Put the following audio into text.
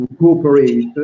cooperate